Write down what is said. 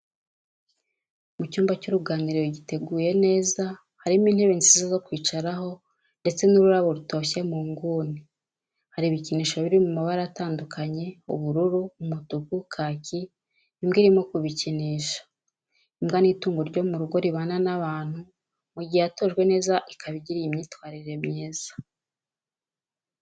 Mu cyumba cy'uruganiriro giteguye neza, harimo intebe nziza zo kwicaraho, ndetse n'ururabo rutoshye mu nguni, hari ibikinisho biri mu mabara atandukanye ubururu, umutuku, kaki, imbwa irimo kubikinsha. Imbwa ni itungo ryo mu rugo ribana n'abantu mu gihe yatojwe neza ikaba igira imyitwarire myiza.